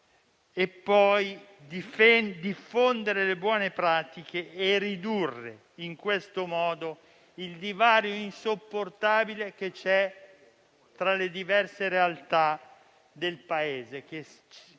diffondere le buone pratiche e ridurre in questo modo il divario insopportabile che c'è tra le diverse realtà del Paese, che